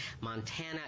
Montana